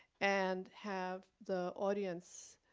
and have the audience